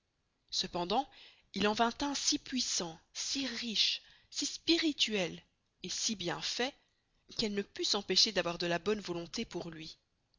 cependant il en vint un si puissant si riche si spirituel et si bien fait qu'elle ne pust s'empêcher d'avoir de la bonne volonté pour luy